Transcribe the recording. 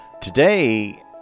Today